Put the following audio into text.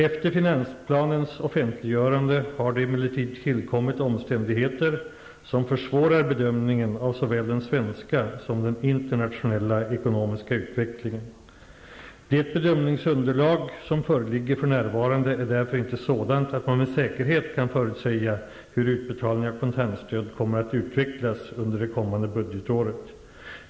Efter finansplanens offentliggörande har det emellertid tillkommit omständigheter som försvårar bedömningen av såväl den svenska som den internationella ekonomiska utvecklingen. Det bedömningsunderlag, som föreligger för närvarande, är därför inte sådant att man med säkerhet kan förutsäga hur utbetalningarna av kontantstöd kommer att utvecklas under det kommande budgetåret.